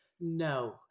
no